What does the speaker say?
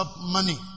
money